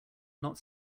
not